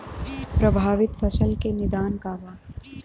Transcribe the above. प्रभावित फसल के निदान का बा?